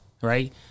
right